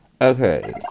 Okay